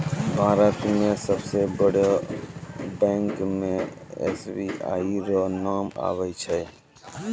भारत मे सबसे बड़ो बैंक मे एस.बी.आई रो नाम आबै छै